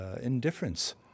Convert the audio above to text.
indifference